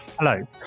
Hello